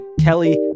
kelly